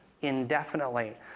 indefinitely